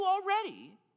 already